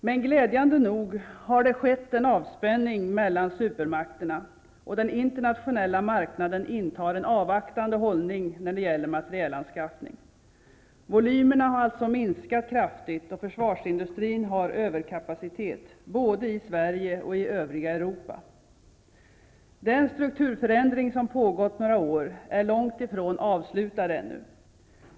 Men glädjande nog har det skett en avspänning mellan supermakterna, och den internationella marknaden intar en avvaktande hållning vad gäller materielanskaffning. Volymerna har alltså minskat kraftigt, och försvarsindustrin har överkapacitet både i Sverige och i övriga Europa. Den strukturförändring som pågått några år är långt ifrån avslutad ännu.